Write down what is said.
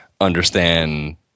understand